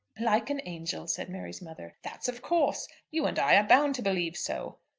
like an angel, said mary's mother. that's of course. you and i are bound to believe so.